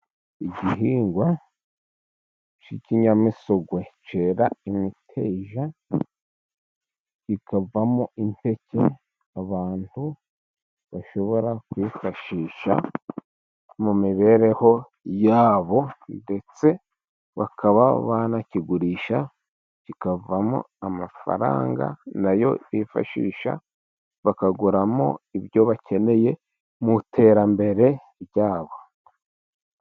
Igihingwa cy'ikinyamisogwe cyera imiteja, kikavamo impeke abantu bashobora kwifashisha mu mibereho yabo, ndetse bakaba banakigurisha kikavamo amafaranga na yo bifashisha, bakaguramo ibyo bakeneye mu iterambere ryabo.